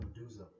Medusa